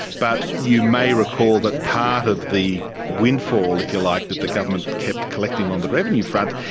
but you may recall that part of the windfall, if you like, that the government kept collecting on the revenue front,